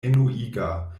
enuiga